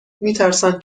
میترسند